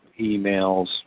emails